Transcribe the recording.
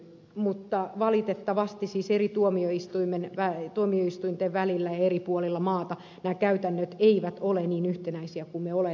mutta valitettavasti siis eri tuomioistuinten välillä eri puolilla maata nämä käytännöt eivät ole niin yhtenäisiä kun me olettaisimme